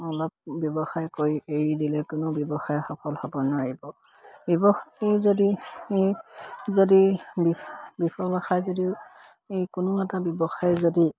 অলপ ব্যৱসায় কৰি এৰি দিলে কোনো ব্যৱসায় সফল হ'ব নোৱাৰিব ব্যৱসায় যদি যদি এই কোনো এটা ব্যৱসায় যদি